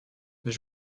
mais